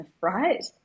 right